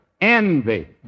envy